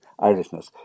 Irishness